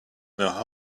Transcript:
now